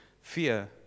Fear